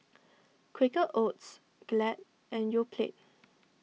Quaker Oats Glad and Yoplait